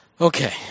Okay